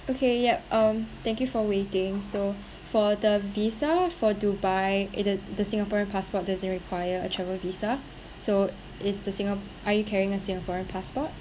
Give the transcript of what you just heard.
okay yup um thank you for waiting so for the visa for dubai in the singaporean passport doesn't require a travel visa so is the singa~ are you carrying a singaporean passport